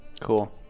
Cool